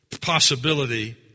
possibility